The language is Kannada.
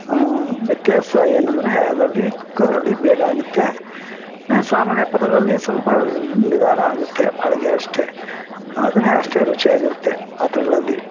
ವ್ಯತ್ಯಾಸ ಏನಂದರೆ ಅದರಲ್ಲಿ ಕುಕ್ಕರಲ್ಲಿ ಬೇಗ ಆಗುತ್ತೆ ಸಾಮಾನ್ಯ ಪಾತ್ರೆಗಳಲ್ಲಿ ಸ್ವಲ್ಪ ನಿಧಾನ ಆಗುತ್ತೆ ಅಡಿಗೆ ಅಷ್ಟೇ ಆದರೆ ಅಷ್ಟೇ ರುಚಿಯಾಗಿರುತ್ತೆ ಪಾತ್ರೆಗಳಲ್ಲಿ